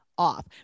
Off